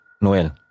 Noel